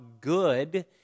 good